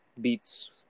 beats